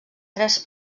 tres